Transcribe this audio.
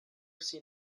seen